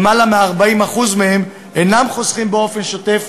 יותר מ-40% מהם אינם חוסכים באופן שוטף,